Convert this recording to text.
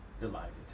Delighted